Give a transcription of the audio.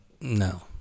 No